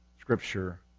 scripture